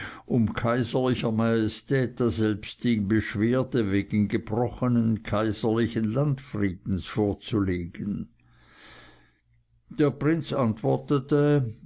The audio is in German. um kaiserlicher majestät daselbst die beschwerde wegen gebrochenen kaiserlichen landfriedens vorzulegen der prinz antwortete